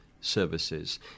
services